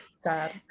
sad